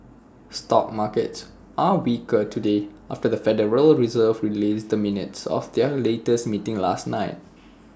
stock markets are weaker today after the federal reserve released the minutes of their latest meeting last night